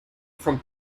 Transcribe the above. from